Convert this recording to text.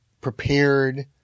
prepared